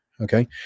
okay